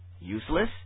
useless